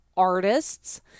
artists